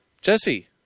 Jesse